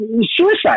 suicide